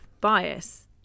bias